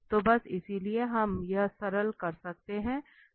तो बस इसलिए हम यह सरल कर सकते हैं